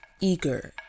eager